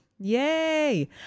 Yay